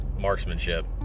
marksmanship